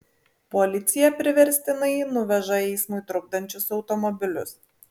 policija priverstinai nuveža eismui trukdančius automobilius